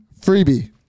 Freebie